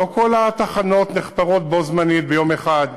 לא כל התחנות נחפרות בו-זמנית, ביום אחד.